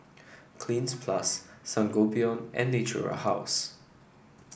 Cleanz Plus Sangobion and Natura House